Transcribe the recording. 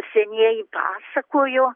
senieji pasakojo